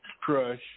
Crush